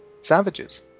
savages